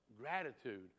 gratitude